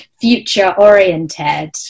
future-oriented